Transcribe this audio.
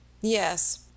Yes